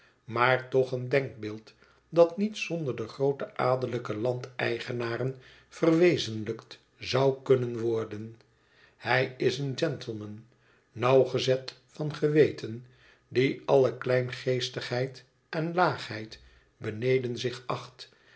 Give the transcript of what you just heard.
maar toch een denkbeeld dat niet zonder de groote adellijke landeigenaren verwezenlijkt zou kunnen worden hij is een gentleman nauwgezet van geweten die alle kleingeestigheid en laagheid beneden zich acht